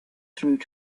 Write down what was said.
through